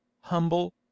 humble